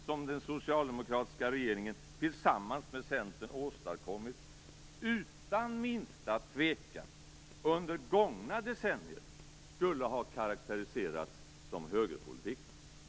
som den socialdemokratiska regeringen tillsammans med Centern har åstadkommit utan minsta tvekan skulle ha karakteriserats som högerpolitik under gångna decennier.